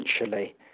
essentially